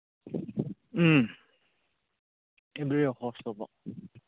ꯎꯝ ꯏꯕ꯭ꯔꯤ ꯏꯌꯔ ꯍꯣꯁ ꯇꯧꯕ